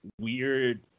weird